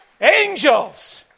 Angels